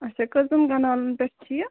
اچھا کٔژن کَنالَن پٮ۪ٹھ چھِ یہِ